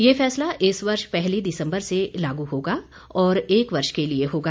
यह फैसला इस वर्ष पहली दिसम्बर से लागू होगा और एक वर्ष के लिए होगा